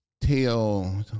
tell